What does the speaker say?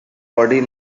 body